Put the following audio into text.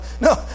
No